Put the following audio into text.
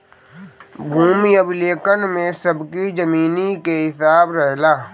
भूमि अभिलेख में सबकी जमीनी के हिसाब रहेला